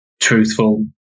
truthful